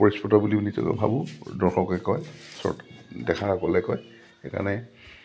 পৰিস্ফুট বুলি নিজে ভাবোঁ দৰ্শকে কয় দেখাসকলে কয় সেইকাৰণে